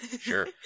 Sure